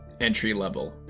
Entry-level